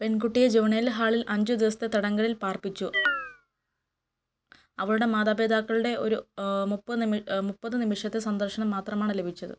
പെൺകുട്ടിയെ ജുവനൈൽ ഹാളിൽ അഞ്ച് ദിവസത്തെ തടങ്കലിൽ പാർപ്പിച്ചു അവളുടെ മാതാപിതാക്കളുടെ ഒരു മുപ്പത് നിമിഷം മുപ്പത് നിമിഷത്തെ സന്ദർശനം മാത്രമാണ് ലഭിച്ചത്